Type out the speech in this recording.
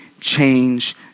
change